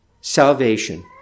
salvation